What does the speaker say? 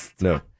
No